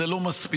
זה לא מספיק.